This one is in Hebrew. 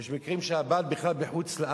יש מקרים שהבעל בכלל בחוץ-לארץ,